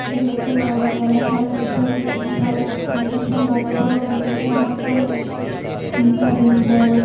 షటిల్స్తోని ఆడటం వల్ల చాలా ఎగ్జైట్మెంట్ చాలా సంతోషంగా ఆత్రుతగా ఉంటుంది దాంట్లో మనకి ఇంకా రింగ్ బాల్